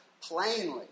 plainly